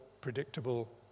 predictable